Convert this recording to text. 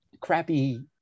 crappy